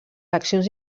eleccions